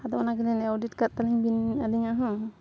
ᱟᱫᱚ ᱚᱱᱟ ᱜᱮᱞᱤᱧ ᱚᱰᱤᱴ ᱠᱟᱛᱟᱞᱤᱧ ᱵᱤᱱ ᱟᱹᱞᱤᱧᱟᱜ ᱦᱚᱸ